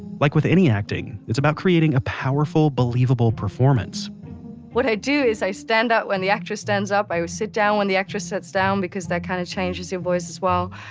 like with any acting, it's about creating a powerful, believable performance what i do is, i stand up when the actress stands, i will sit down when the actress sits down, because that kind of changes your voice as well.